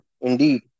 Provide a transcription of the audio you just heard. indeed